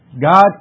God